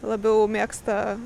labiau mėgsta